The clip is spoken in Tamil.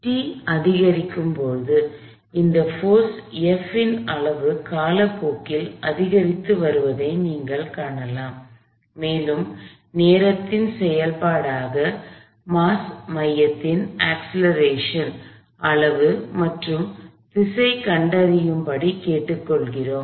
t அதிகரிக்கும் போது இந்த போர்ஸ் F இன் அளவு காலப்போக்கில் அதிகரித்து வருவதை நீங்கள் காணலாம் மேலும் நேரத்தின் செயல்பாடாக மாஸ் மையத்தின் அக்ஸ்லெரேஷன் அளவு மற்றும் திசையைக் கண்டறியும்படி கேட்கப்படுகிறோம்